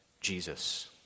Jesus